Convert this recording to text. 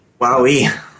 Wowie